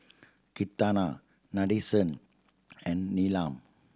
Ketna Nadesan and Neelam